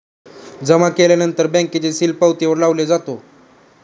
जमा केल्यानंतर बँकेचे सील पावतीवर लावले जातो